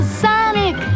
sonic